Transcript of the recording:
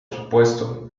supuesto